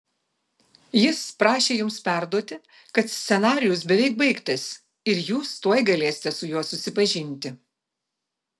jis prašė jums perduoti kad scenarijus beveik baigtas ir jūs tuoj galėsite su juo susipažinti